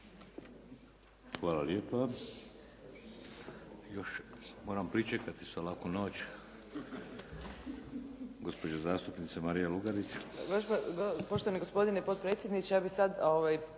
Hvala lijepa. Još moram pričekati sa laku noć. Gospođa zastupnica Marija Lugarić.